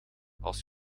als